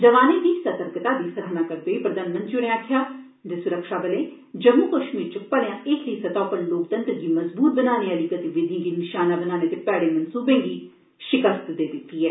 जवानें दी सतर्कता दी सराहना करदे होई प्रधानमंत्री होरें गलाया जे सुरक्षाबलें जम्मू कश्मीर च भलेआं हेठली सतह उप्पर लोकतंत्र गी मजबूत बनाने आहली गतिविधिएं गी निशाना बनाने दे भैड़े मन्सूबें गी षिकस्त देई दिती ऐ